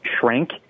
shrink